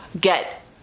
get